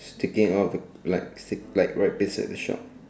sticking out of the like stick like right beside the shop